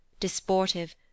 disportive